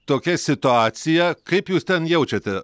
tokia situacija kaip jūs ten jaučiate